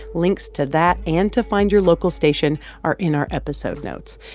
links to that and to find your local station are in our episode notes.